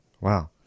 wow